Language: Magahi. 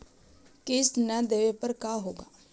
किस्त न देबे पर का होगा?